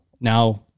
now